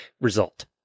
result